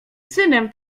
synem